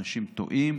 אנשים טועים,